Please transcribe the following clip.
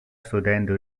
studente